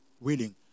willing